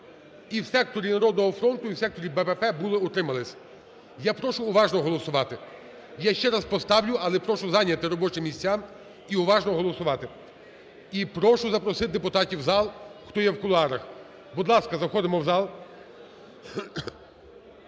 І у секторі "Народного фронту", і у секторі БПП було "утримались". Я прошу уважно голосувати. Я ще раз поставлю, але прошу зайняти робочі місця і прошу голосувати. І прошу запросити депутатів у залі, хто є кулуарах. Будь ласка, заходимо у зал.